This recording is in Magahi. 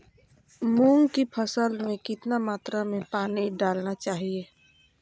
मूंग की फसल में कितना मात्रा में पानी डालना चाहिए?